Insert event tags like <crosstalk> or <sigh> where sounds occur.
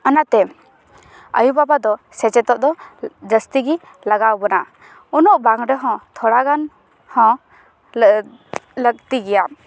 ᱚᱱᱟᱛᱮ ᱟᱭᱳᱼᱵᱟᱵᱟ ᱫᱚ ᱥᱮᱪᱮᱫᱚᱜ ᱫᱚ ᱡᱟᱹᱥᱛᱤᱜᱮ ᱞᱟᱜᱟᱣ ᱵᱚᱱᱟ ᱩᱱᱟᱹᱜ ᱵᱟᱝ ᱨᱮᱦᱚᱸ ᱛᱷᱚᱲᱟ ᱜᱟᱱ ᱦᱚᱸ <unintelligible> ᱞᱟᱹᱠᱛᱤ ᱜᱮᱭᱟ